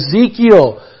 Ezekiel